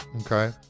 okay